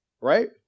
right